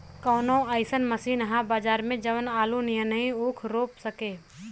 कवनो अइसन मशीन ह बजार में जवन आलू नियनही ऊख रोप सके?